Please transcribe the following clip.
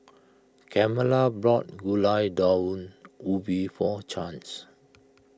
Carmela bought Gulai Daun Ubi for Chance